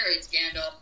scandal